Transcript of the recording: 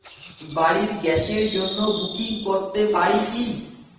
বাড়ির গ্যাসের জন্য বুকিং করতে পারি কি?